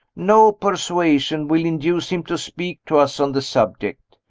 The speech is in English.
no persuasion will induce him to speak to us on the subject.